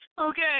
Okay